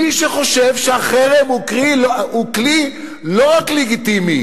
מי שחושב שהחרם הוא כלי לא רק לגיטימי,